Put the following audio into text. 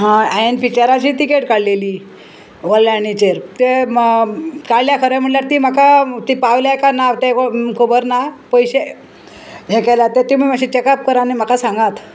हय हांयेन पिच्चराची तिकेट काडलेली वल्लायणीचेर तें काडल्या खरें म्हणल्यार ती म्हाका ती पावल्या कांय ना ते खबर ना पयशे हे केल्या ते तुमी मातशी चॅकअप करा आनी म्हाका सांगात